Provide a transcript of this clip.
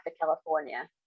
California